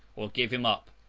or give him up,